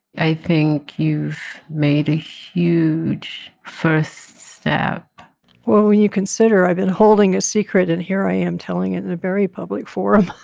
i think you've made a huge first step well, when you consider i've been holding a secret and here i am telling it in a very public forum